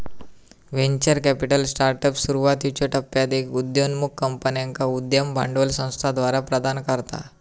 venture capital startups, सुरुवातीच्यो टप्प्यात उदयोन्मुख कंपन्यांका उद्यम भांडवल संस्थाद्वारा प्रदान करता